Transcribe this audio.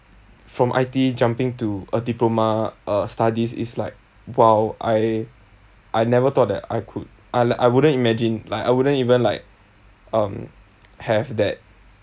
from I_T_E jumping to a diploma uh studies is like !wow! I I never thought that I could I li~ I wouldn't imagine like I wouldn't even like um have that